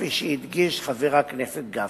כפי שהדגיש חבר הכנסת גפני,